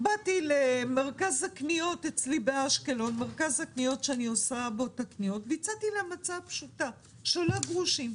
באתי למרכז הקניות אצלי באשקלון והצעתי להם הצעה פשוטה שעולה גרושים.